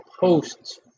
posts